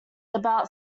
about